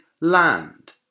land